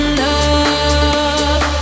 love